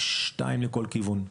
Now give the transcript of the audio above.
שניים לכל כיוון.